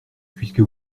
puisque